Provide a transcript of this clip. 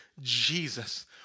Jesus